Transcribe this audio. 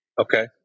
Okay